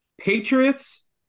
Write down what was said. Patriots